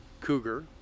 Cougar